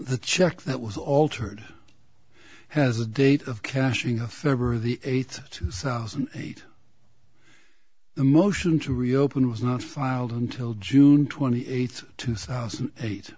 the check that was altered has a date of cashing a february the eighth two thousand and eight the motion to reopen was not filed until june twenty eighth two thousand and eight